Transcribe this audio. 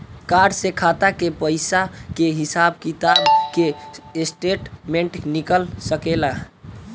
Card से खाता के पइसा के हिसाब किताब के स्टेटमेंट निकल सकेलऽ?